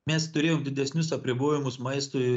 mes turėjom didesnius apribojimus maistui